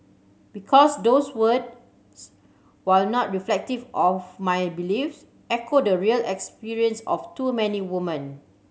because those words while not reflective of my beliefs echo the real experience of too many woman